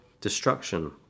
destruction